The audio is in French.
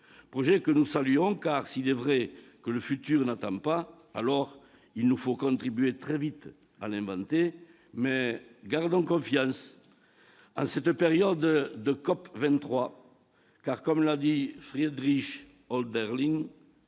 d'État, que nous saluons. S'il est vrai que « le futur n'attend pas », alors il nous faut contribuer très vite à l'inventer. Gardons confiance, en cette période de COP23. Comme l'a dit Friedrich Hölderlin,